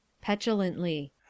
Petulantly